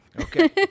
Okay